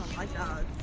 my god.